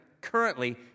currently